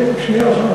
כמה מיליארדים.